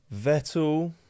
Vettel